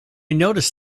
noticed